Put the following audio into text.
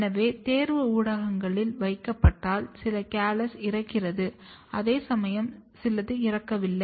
எனவே தேர்வு ஊடகங்களில் வைக்கப்பட்டால் சில கேலஸ் இறக்கிறது அதேசமயம் சிலது இறக்கவில்லை